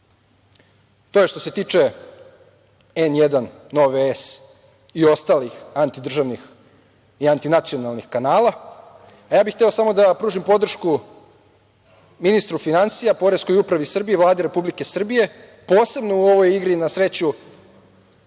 To je što se tiče N1, Nove S i ostalih antidržavnih i antinacionalnih kanala. Hteo bih samo da pružim podršku ministru finansija, Poreskoj upravi Srbije, Vladi Republike Srbije, posebno u ovoj igri na sreću